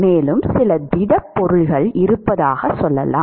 மேலும் சில திடப் பொருட்கள் இருப்பதாகச் சொல்லலாம்